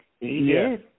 Yes